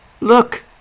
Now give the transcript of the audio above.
look